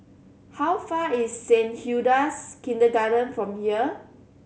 how far is Saint Hilda's Kindergarten from here